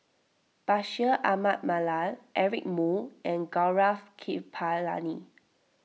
Bashir Ahmad Mallal Eric Moo and Gaurav Kripalani